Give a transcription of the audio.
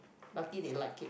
lucky they like it